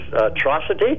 atrocity